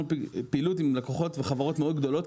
פעילות עם לקוחות וחברות מאוד גדולים,